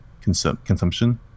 consumption